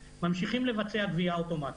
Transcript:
ממשיכים לבצע גבייה אוטומטית.